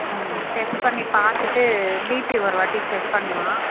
test பண்ணி பார்த்துட்டு BP ஒருவாட்டி செக் பண்லாம்